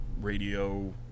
radio